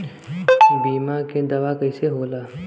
बीमा के दावा कईसे होला?